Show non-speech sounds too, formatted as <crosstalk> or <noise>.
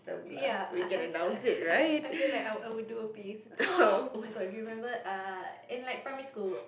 ya I I I I feel like I I will do a bathe <noise> oh-my-god remember err in like primary school